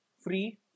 free